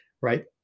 right